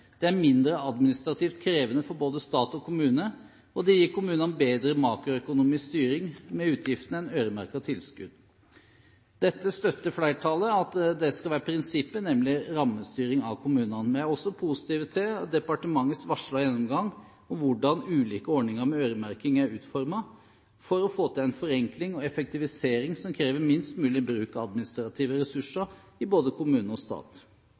det er mindre administrativt krevende for både stat og kommune, og det gir kommunene bedre makroøkonomisk styring med utgiftene enn øremerkede tilskudd. Dette støtter flertallet – at prinsippet skal være rammestyring av kommunene. Vi er også positive til departementets varslede gjennomgang av hvordan ulike ordninger med øremerking er utformet, for å få til en forenkling og effektivisering som krever minst mulig bruk av administrative ressurser i både kommune og stat.